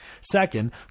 Second